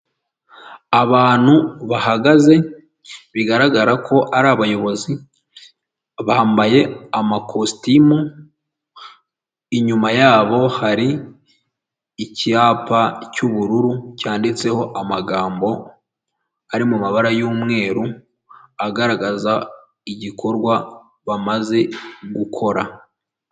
Abantu bahagaze bigaragara ko ari abayobozi, bambaye amakositimu inyuma yabo hari ikipa cy'ubururu cyanditseho amagambo ari mu mabara y'umweru agaragaza igikorwa bamaze gukora.